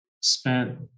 spent